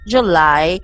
July